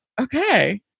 okay